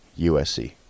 USC